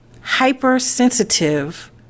hypersensitive